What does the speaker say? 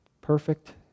Perfect